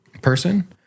person